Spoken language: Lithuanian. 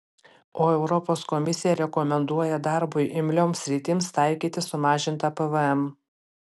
o europos komisija rekomenduoja darbui imlioms sritims taikyti sumažintą pvm